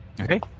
okay